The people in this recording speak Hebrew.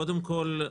קודם כול,